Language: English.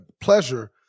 pleasure